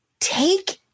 take